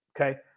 okay